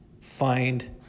find